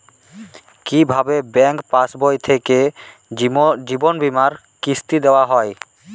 কি ভাবে ব্যাঙ্ক পাশবই থেকে জীবনবীমার কিস্তি দেওয়া হয়?